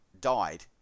died